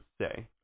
say